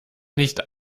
nicht